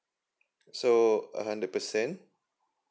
so a hundred percent